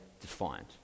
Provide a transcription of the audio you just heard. defined